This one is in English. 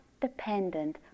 dependent